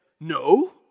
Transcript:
no